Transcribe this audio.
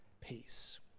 peace